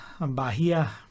Bahia